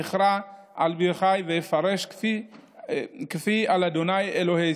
ואכרעה על ברכי ואפרשה כפי אל ה' אלוהי.